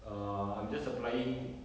err I'm just applying